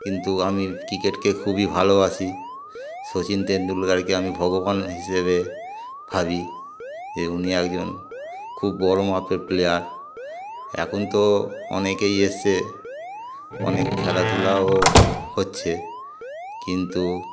কিন্তু আমি ক্রিকেটকে খুবই ভালোবাসি শচিন তেন্ডুলকারকে আমি ভগবান হিসেবে ভাবি যে উনি একজন খুব বড়ো মাপের প্লেয়ার এখন তো অনেকেই এসছে অনেক খেলাধুলাও হচ্ছে কিন্তু